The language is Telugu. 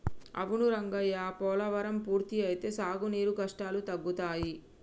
అవును రంగయ్య పోలవరం పూర్తి అయితే సాగునీరు కష్టాలు తగ్గుతాయి